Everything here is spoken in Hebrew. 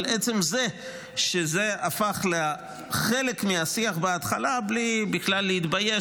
אבל עצם זה שזה הפך לחלק מהשיח בהתחלה בלי בכלל להתבייש,